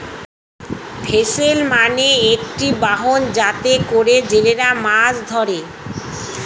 vessel মানে একটি বাহন যাতে করে জেলেরা মাছ ধরে